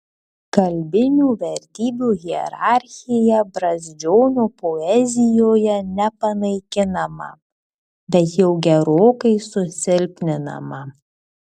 kalbinių vertybių hierarchija brazdžionio poezijoje nepanaikinama bet jau gerokai susilpninama